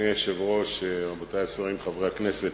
אדוני היושב-ראש, רבותי השרים, חברי הכנסת,